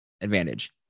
advantage